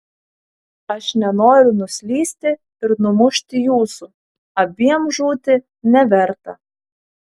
aš nenoriu nuslysti ir numušti jūsų abiem žūti neverta